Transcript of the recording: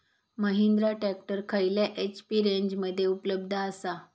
Mahindra tractor खयल्या HP रेंजमध्ये उपलब्ध आसा?